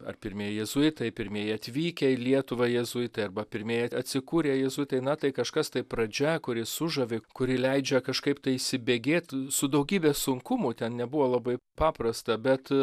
ar pirmieji jėzuitai pirmieji atvykę į lietuvą jėzuitai arba pirmieji atsikūrę jėzuitai na tai kažkas tai pradžia kuri sužavi kuri leidžia kažkaip tai įsibėgėt su daugybe sunkumų ten nebuvo labai paprasta bet